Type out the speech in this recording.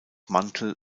mantel